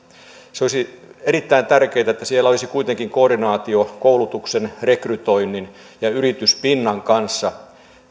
olisi erittäin tärkeätä että siellä olisi kuitenkin koordinaatio koulutuksen rekrytoinnin ja yrityspinnan kanssa